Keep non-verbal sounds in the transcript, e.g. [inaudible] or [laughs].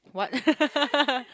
what [laughs]